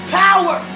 power